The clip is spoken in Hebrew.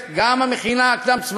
במכינות.